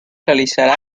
realizará